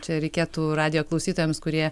čia reikėtų radijo klausytojams kurie